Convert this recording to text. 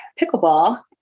pickleball